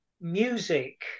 music